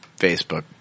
Facebook